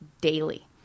daily